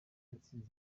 yatsinze